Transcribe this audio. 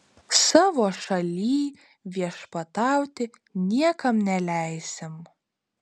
savo šalyj viešpatauti niekam neleisim